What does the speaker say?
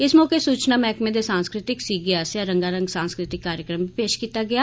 इस मौके सूचना मैहकमे दे सांस्कृतिक सीगे आसेआ रंगारंग सांस्कृतिक कार्यक्रम बी पेश कीता गेआ